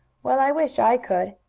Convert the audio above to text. well, i wish i could.